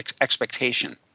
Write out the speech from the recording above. expectation